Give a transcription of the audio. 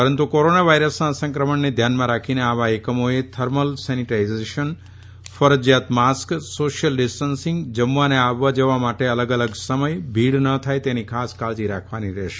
પરંતુ કોરોના વાયરસના સંક્રમણને ધ્યાનમાં રાખીને આવા એકમોએ થર્મલ ગન સેનિટાઇઝેશન ફરજિયાત માસ્ક સોશિયલ ડિસ્ટન્સીંગ જમવા અને આવવા જવામાટે અલગ અલગ સમય ભીડ ન થાય તેની ખાસ કાળજી રાખવાની રહેશે